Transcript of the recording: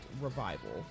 revival